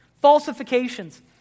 falsifications